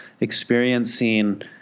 experiencing